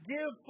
Give